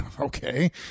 okay